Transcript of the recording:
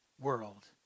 world